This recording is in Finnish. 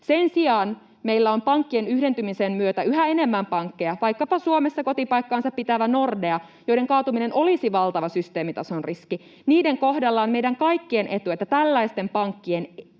Sen sijaan meillä on pankkien yhdentymisen myötä yhä enemmän pankkeja, vaikkapa Suomessa kotipaikkaansa pitävä Nordea, joiden kaatuminen olisi valtava systeemitason riski. Niiden kohdalla on meidän kaikkien etu, että pyritään